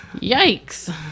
Yikes